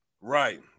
Right